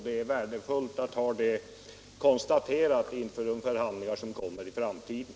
Det är värdefullt med detta konstaterande inför de framtida förhandlingarna.